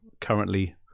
currently